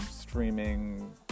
streaming